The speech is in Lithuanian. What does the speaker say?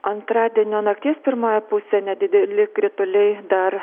antradienio nakties pirmoje pusėj nedideli krituliai dar